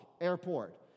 Airport